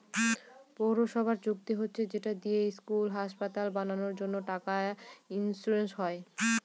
পৌরসভার চুক্তি হচ্ছে যেটা দিয়ে স্কুল, হাসপাতাল বানানোর জন্য টাকা ইস্যু হয়